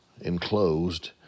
enclosed